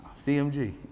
CMG